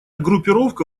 группировка